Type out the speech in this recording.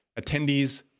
Attendees